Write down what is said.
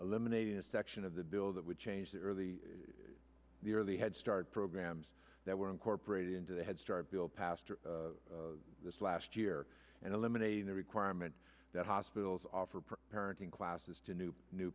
eliminated a section of the bill that would change the early early head start programs that were incorporated into the headstart bill passed this last year and eliminating the requirement that hospitals offer parenting classes to new new